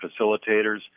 facilitators